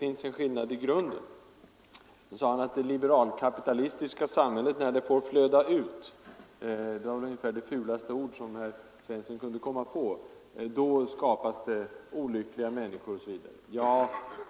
Sedan sade herr Svensson att det liberalkapitalistiska samhället, när det får flöda ut — det var väl de fulaste ord som herr Svensson kunde komma på —, skapar olyckliga människor osv.